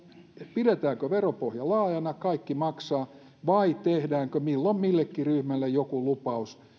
pidetäänkö veropohja laajana kaikki maksaa vai tehdäänkö milloin millekin ryhmälle joku lupaus